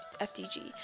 FDG